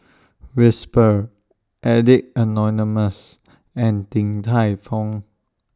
Whisper Addicts Anonymous and Din Tai Fung